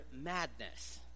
madness